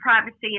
privacy